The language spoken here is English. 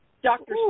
Doctor